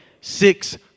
six